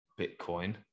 bitcoin